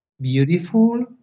beautiful